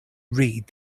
read